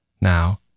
Now